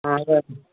ஆ சரிண்ணே